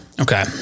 okay